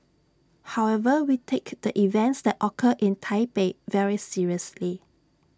however we take the events that occurred in Taipei very seriously